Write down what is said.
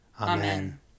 Amen